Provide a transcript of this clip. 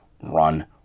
run